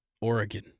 Oregon